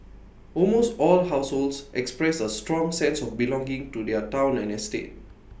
almost all households expressed A strong sense of belonging to their Town and estate